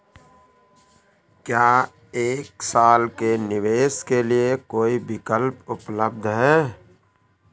क्या एक साल के निवेश के लिए कोई विकल्प उपलब्ध है?